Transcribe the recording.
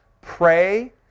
pray